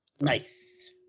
Nice